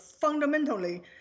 fundamentally